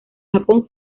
japón